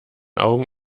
augen